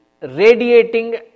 radiating